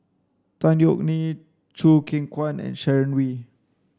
Tan Yeok Nee Choo Keng Kwang and Sharon Wee